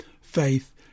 faith